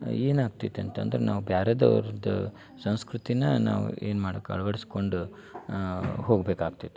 ಏನಾಗ್ತೈತೆ ಅಂತಂದ್ರೆ ನಾವು ಬ್ಯಾರೆದು ಅವ್ರದ್ದು ಸಂಸ್ಕೃತಿನ ನಾವು ಏನು ಮಾಡಕ್ಕೆ ಅಳ್ವಡ್ಸ್ಕೊಂಡು ಹೋಗಬೇಕಾಗ್ತೈತಿ